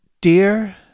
dear